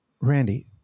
Randy